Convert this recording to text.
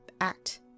act